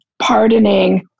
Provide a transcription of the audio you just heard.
pardoning